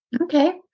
Okay